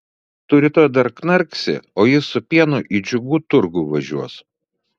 tu rytoj dar knarksi o jis su pienu į džiugų turgų važiuos